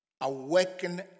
awaken